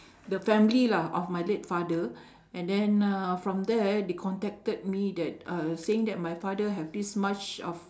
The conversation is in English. the family lah of my late father and then uh from there they contacted me that uh saying that my father have this much of